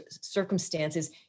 circumstances